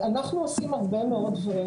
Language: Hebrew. אנחנו עושים הרבה מאוד דברים,